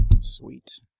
Sweet